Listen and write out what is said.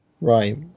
Right